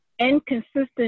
Inconsistent